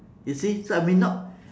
you see so I may not